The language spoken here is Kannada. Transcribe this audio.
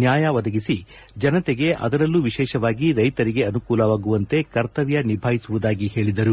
ನ್ಯಾಯ ಒದಗಿಸಿ ಜನತೆಗೆ ಅದರಲ್ಲೂ ವಿಶೇಷವಾಗಿ ರೈತರಿಗೆ ಅನುಕೂಲವಾಗುವಂತೆ ಕರ್ತವ್ಯ ನಿಭಾಯಿಸುವುದಾಗಿ ಹೇಳಿದರು